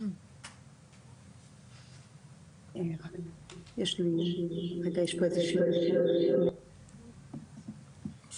יש פה מישהו נוסף שיוכל להתייחס